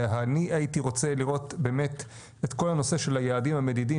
ואני הייתי רוצה לראות באמת את כל הנושא של היעדים המדידים,